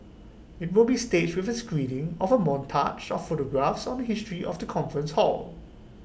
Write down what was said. IT will be staged with A screening of A montage of photographs on the history of the conference hall